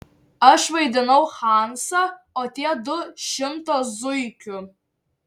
aš vaidinau hansą o tie du šimtą zuikių